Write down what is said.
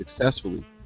successfully